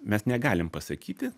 mes negalim pasakyti